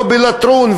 לא בלטרון,